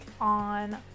on